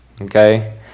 Okay